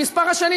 מספר השנים,